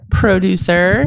producer